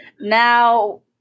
now